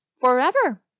forever